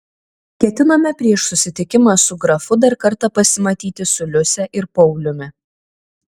ketinome prieš susitikimą su grafu dar kartą pasimatyti su liuse ir pauliumi